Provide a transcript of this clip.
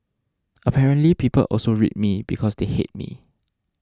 apparently people also read me because they hate me